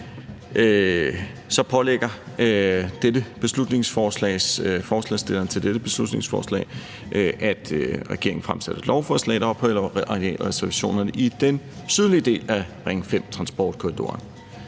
pålægger forslagsstillerne med beslutningsforslaget regeringen at fremsætte et lovforslag, der ophæver arealreservationerne i den sydlige del af Ring 5-transportkorridoren.